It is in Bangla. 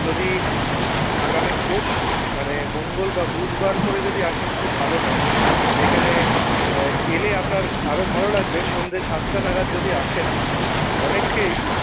যদি আগামী পরশু মানে মঙ্গল বা বুধবার করে যদি আসেন খুব ভালো হয় এখানে এলে আপনার আরও ভালো লাগবে সন্ধ্যে সাতটা নাগাদ যদি আসেন অনেকেই